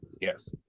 yes